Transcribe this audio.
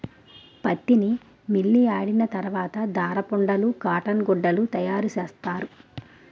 పత్తిని మిల్లియాడిన తరవాత దారపుండలు కాటన్ గుడ్డలు తయారసేస్తారు